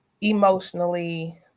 emotionally